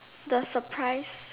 the surprise